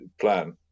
plan